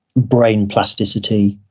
brain plasticity,